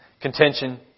contention